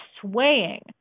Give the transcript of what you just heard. swaying